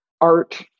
art